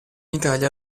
italia